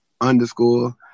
underscore